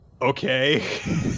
okay